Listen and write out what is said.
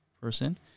person